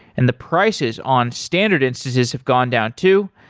and the prices on standard instances have gone down too.